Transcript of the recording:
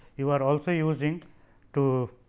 you are also using to